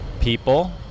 people